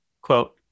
Quote